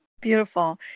Beautiful